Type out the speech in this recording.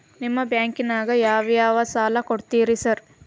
ನಿಮ್ಮ ಬ್ಯಾಂಕಿನಾಗ ಯಾವ್ಯಾವ ಸಾಲ ಕೊಡ್ತೇರಿ ಸಾರ್?